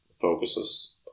focuses